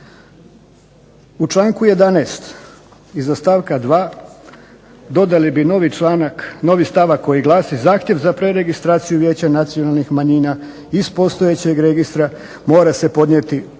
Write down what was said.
U članku 11. iza stavka 2. dodali bi novi stavak koji glasi: zahtjev za preregistraciju vijeća nacionalnih manjina iz postojećeg registra mora se podnijeti u